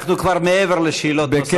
אנחנו כבר מעבר לשאלות הנוספות.